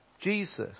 Jesus